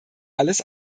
alles